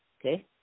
Okay